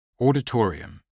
auditorium